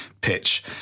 pitch